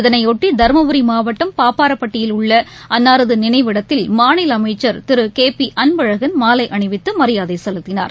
இதனையொட்டி தர்மபுரி மாவட்டம் பாப்பாரப்பட்டியில் உள்ளஅன்னாரதுநினைவிடத்தில் மாநிலஅமைச்சர் திருகேபிஅன்பழகன் மாலைஅணிவித்துமரியாதைசெலுத்தினார்